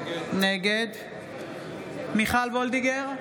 נגד מיכל מרים וולדיגר,